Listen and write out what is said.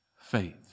faith